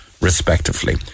respectively